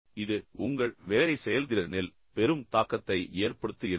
எனவே இது உங்கள் வேலை செயல்திறனில் பெரும் தாக்கத்தை ஏற்படுத்துகிறது